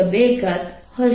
2πsdss2v2t232 હશે